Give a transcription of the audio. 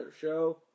show